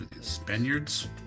Spaniards